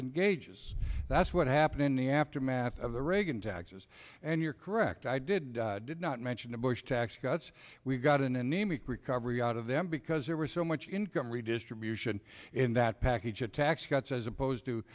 and gauges that's what happened in the aftermath of the reagan taxes and you're correct i did not mention the bush tax cuts we've got an anemic recovery out of them because there were so much income redistribution in that package of tax cuts as opposed to